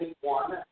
one